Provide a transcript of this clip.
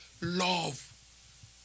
Love